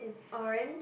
is orange